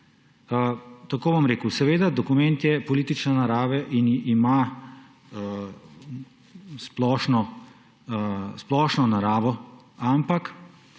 Tako bom rekel. Seveda je dokument politične narave in ima splošno naravo, ampak